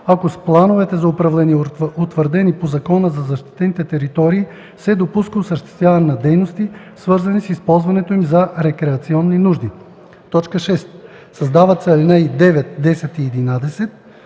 ако с плановете за управление, утвърдени по Закона за защитените територии, се допуска осъществяване на дейности, свързани с използването им за рекреационни нужди.” 6. Създават се ал. 9, 10 и 11: